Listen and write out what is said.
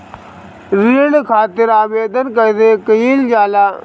ऋण खातिर आवेदन कैसे कयील जाला?